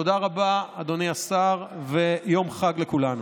תודה רבה, אדוני השר, ויום חג לכולנו.